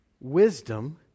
wisdom